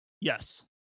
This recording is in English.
yes